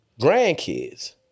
grandkids